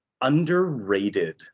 underrated